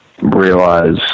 realize